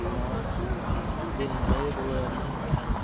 ᱱᱚᱣᱟ ᱵᱤᱱ ᱞᱟᱹᱭ ᱨᱩᱣᱟᱹᱲᱟᱞᱤᱧ ᱠᱷᱟᱱ